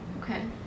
Okay